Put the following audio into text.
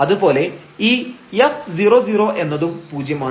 അതുപോലെ ഈ f00 എന്നതും പൂജ്യമാണ്